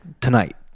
tonight